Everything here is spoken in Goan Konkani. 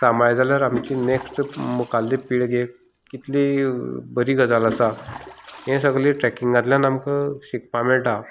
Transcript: सांबाळ्ळी जाल्यार आमची नॅक्स्ट मुखाल्ले पिळगेक कितली बरी गजाल आसा हे सगळे ट्रेकींगातल्यान आमकां शिकपाक मेळटा